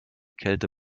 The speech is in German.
kälte